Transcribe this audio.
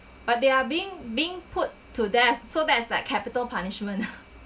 but they are being being put to death so that is like capital punishment